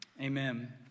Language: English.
Amen